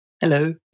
hello